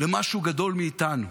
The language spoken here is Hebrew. למשהו גדול מאיתנו.